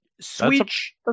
switch